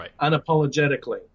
unapologetically